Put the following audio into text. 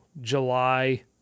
july